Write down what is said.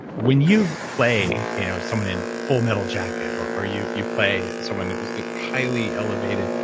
when you play you know someone in full metal jacket or or you you play someone who's highly elevated,